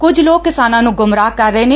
ਕੁਝ ਲੋਕ ਕਿਸਾਨਾਂ ਨੰ ਗੁੰਮਰਾਹ ਕਰ ਰਹੇ ਨੇ